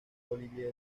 olivier